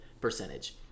percentage